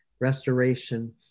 restoration